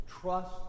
Trust